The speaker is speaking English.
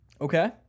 Okay